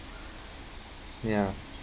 ya